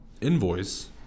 invoice